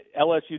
LSU